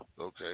Okay